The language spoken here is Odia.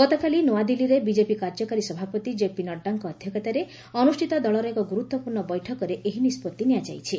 ଗତକାଲି ନୁଆଦିଲ୍ଲୀରେ ବିଜେପି କାର୍ଯ୍ୟକାରୀ ସଭାପତି ଜେପି ନଡ୍ରାଙ୍କ ଅଧ୍ୟକ୍ଷତାରେ ଅନୁଷ୍ଠିତ ଦଳର ଏକ ଗୁରୁତ୍ୱପୂର୍ଣ୍ଣ ବୈଠକରେ ଏହି ନିଷ୍ପଭି ନିଆଯାଇଛି